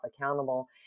accountable